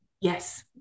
yes